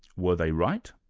were they right?